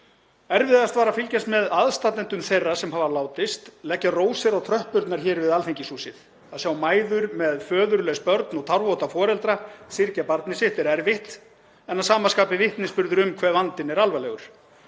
Erfiðast var að fylgjast með aðstandendum þeirra sem hafa látist leggja rósir á tröppurnar hér við Alþingishúsið. Að sjá mæður með föðurlaus börn og tárvota foreldra syrgja barnið sitt er erfitt en að sama skapi vitnisburður um hve vandinn er alvarlegur.